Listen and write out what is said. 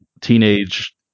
teenage